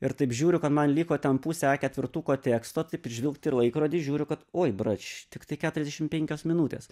ir taip žiūriu kad man liko ten pusė a ketvirtuko teksto taip žvilgt į laikrodį žiūriu kad oi brač tik tai keturiasdešim penkios minutės